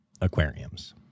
aquariums